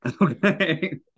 Okay